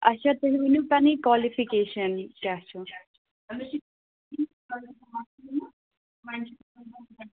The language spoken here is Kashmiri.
اچھا تُہۍ ؤنِو پَنٕنۍ کالِفِکیٚشن کیٛاہ چھَو